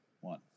one